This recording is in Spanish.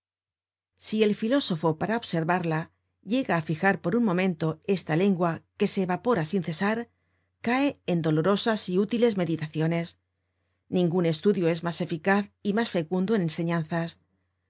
si el fdósofo para observarla llega á fijar por un momento esta lengua que se evapora sin cesar cae en dolorosas y útiles meditaciones ningun estudio es mas eficaz y mas fecundo en enseñanzas